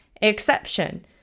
exception